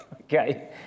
okay